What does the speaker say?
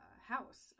house